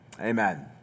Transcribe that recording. amen